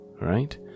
right